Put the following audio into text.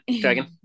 Dragon